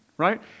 Right